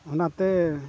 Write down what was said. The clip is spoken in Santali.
ᱚᱱᱟᱛᱮ